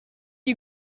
you